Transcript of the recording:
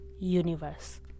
Universe